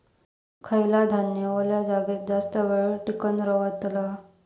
खयला धान्य वल्या जागेत जास्त येळ टिकान रवतला?